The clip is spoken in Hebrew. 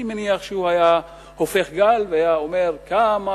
אני מניח שהוא היה הופך גל והיה אומר כמה